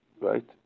Right